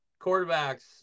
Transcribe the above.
quarterbacks